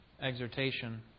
exhortation